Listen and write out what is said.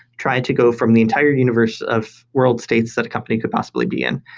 try and to go from the entire universe of world states that a company could possibly be in,